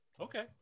Okay